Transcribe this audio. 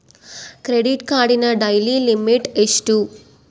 Credit ಕಾರ್ಡಿನ daily limit ಎಷ್ಟು?